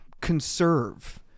conserve